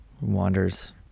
wanders